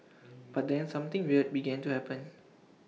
but then something weird began to happen